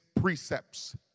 precepts